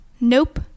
Nope